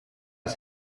his